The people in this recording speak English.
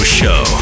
show